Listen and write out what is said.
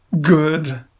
Good